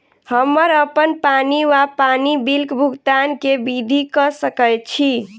हम्मर अप्पन पानि वा पानि बिलक भुगतान केँ विधि कऽ सकय छी?